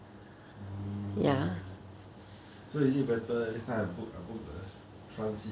orh so is it better next time I book I book the front seat